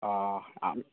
অঁ